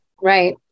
Right